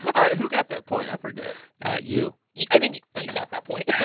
all right. who got that point? i forget you you i think you got that point yeah.